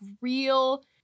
real